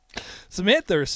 Samantha